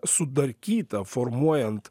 sudarkyta formuojant